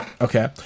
Okay